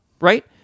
right